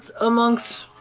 amongst